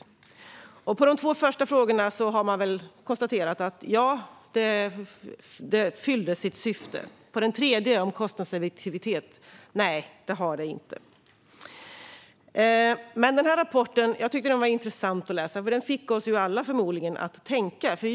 När det gäller de två första frågorna har man väl konstaterat att reformen fyllde sitt syfte, men när det gäller den tredje frågan, om den har varit kostnadseffektiv, är svaret: Nej, det har den inte. Jag tyckte att rapporten var intressant att läsa. Den fick förmodligen oss alla att tänka.